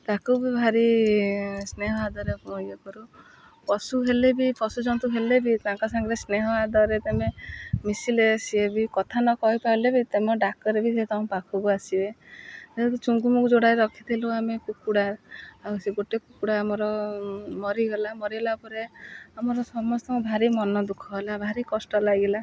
ତାକୁ ବି ଭାରି ସ୍ନେହ ଆଦରରେ ଇଏ କରୁ ପଶୁ ହେଲେ ବି ପଶୁଜନ୍ତୁ ହେଲେ ବି ତାଙ୍କ ସାଙ୍ଗରେ ସ୍ନେହ ଆଦରରେ ତମେ ମିଶିଲେ ସିଏ ବି କଥା ନ କହିପାରିଲେ ବି ତମ ଡାକରେ ବି ସେ ତମ ପାଖକୁ ଆସିବେ ଯେହେତୁ ଚୁଙ୍ଗୁ ମୁଙ୍ଗୁ ଯୋଡ଼ାଏ ରଖିଥିଲୁ ଆମେ କୁକୁଡ଼ା ଆଉ ସେ ଗୋଟେ କୁକୁଡ଼ା ଆମର ମରିଗଲା ମରିଲା ପରେ ଆମର ସମସ୍ତଙ୍କୁ ଭାରି ମନ ଦୁଃଖ ହେଲା ଭାରି କଷ୍ଟ ଲାଗିଲା